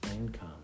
income